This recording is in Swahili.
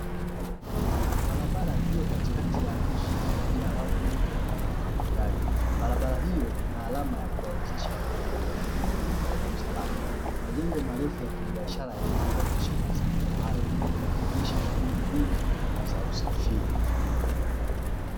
Barabara iliyo katikati ya mji imejaa watu wengi wanaovuka magari, barabara hiyo ina alama ya kuwawezesha watembea kwa miguu kuvuka kwa salama, majengo marefu ya kibiashara yanayo tofautisha mazingira hayo yakionyesha shughuli nyingi za usafiri.